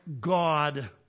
God